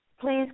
Please